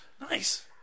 Nice